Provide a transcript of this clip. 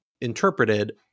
interpreted